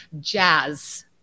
Jazz